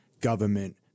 government